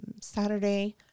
Saturday